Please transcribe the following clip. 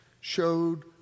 showed